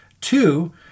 Two